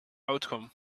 outcome